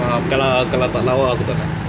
ah kalau kalau tak lawa aku tak nak